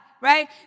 right